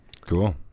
Cool